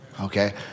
okay